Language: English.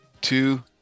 two